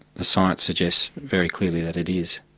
the science suggests very clearly that it is.